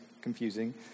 confusing